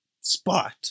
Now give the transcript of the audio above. spot